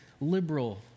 liberal